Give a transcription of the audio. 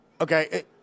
Okay